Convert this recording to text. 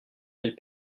elles